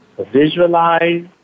Visualize